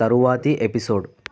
తరువాతి ఎపిసోడ్